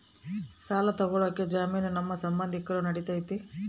ಸಾಲ ತೊಗೋಳಕ್ಕೆ ಜಾಮೇನು ನಮ್ಮ ಸಂಬಂಧಿಕರು ನಡಿತೈತಿ?